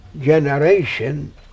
generation